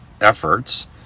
efforts